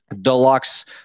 Deluxe